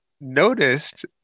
noticed